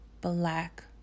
black